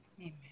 amen